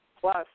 plus